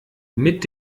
mit